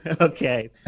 Okay